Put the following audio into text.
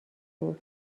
برد